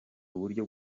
uburyo